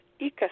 Ica